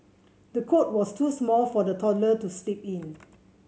the cot was too small for the toddler to sleep in